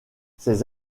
ces